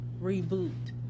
reboot